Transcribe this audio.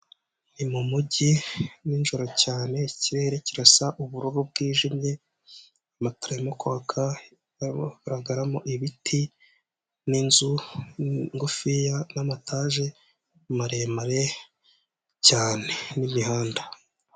Icyapa cyamamaza ikigo gitanga ubwishingizi mu Rwanda kigaragaza ko tugeze mu gihe cy'imvura nyinshi irimo imyuzure, ibiza, kwangiza inyubako ndetse n'ibindi bikorwa.